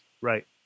Right